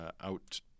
out